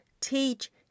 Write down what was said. teach